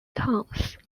tones